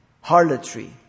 Harlotry